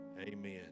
Amen